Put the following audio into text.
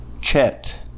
Chet